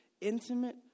intimate